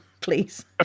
please